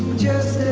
just